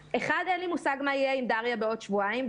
אחד, אין לי מושג מה יהיה עם דריה בעוד שבועיים.